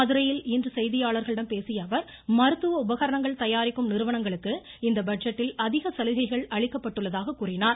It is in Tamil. மதுரையில் இன்று செய்தியாளர்களிடம் பேசியஅவர் மருத்துவ உபகரணங்கள் தயாரிக்கும் நிறுவனங்களுக்கு இந்த பட்ஜெட்டில் அதிக சலுகைகள் அளிக்கப்பட்டுள்ளதாக கூறினார்